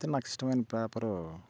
అయితే నాకు ఇష్టమైన పేపరు